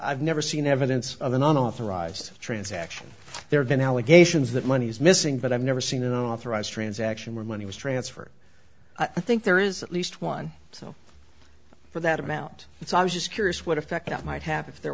i've never seen evidence of anonymous arrives transaction there have been allegations that money is missing but i've never seen an authorized transaction where money was transferred i think there is at least one so for that amount so i was just curious what effect that might happen if there